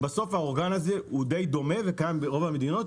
בסוף האורגן הזה הוא די דומה וקיים ברוב המדינות,